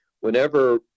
whenever